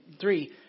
three